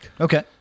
Okay